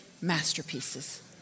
masterpieces